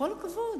בכל הכבוד,